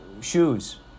shoes